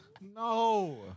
no